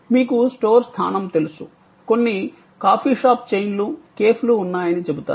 మీకు స్టోర్ స్థానం తెలుసు కొన్ని కాఫీ షాప్ చైన్ లు కేఫ్లు ఉన్నాయని చెబుతారు